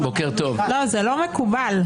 זה לא מקובל.